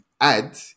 add